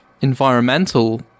environmental